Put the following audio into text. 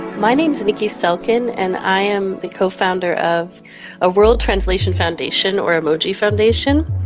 my name is niki selken, and i am the co-founder of world translation foundation or emoji foundation.